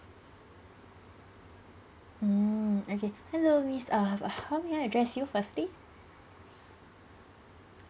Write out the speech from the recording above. mm okay hello miss err how may I address you firstly